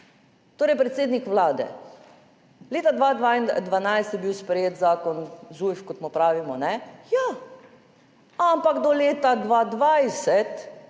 Torej, predsednik Vlade, leta 2012 je bil sprejet zakon Zujf, kot mu pravimo. Ja, ampak do leta 2020,